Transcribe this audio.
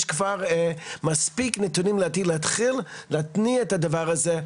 יש כבר מספיק נתונים להתחיל להתניע את הדבר הזה.